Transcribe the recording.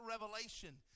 revelation